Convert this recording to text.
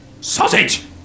Sausage